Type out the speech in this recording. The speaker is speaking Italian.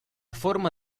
forma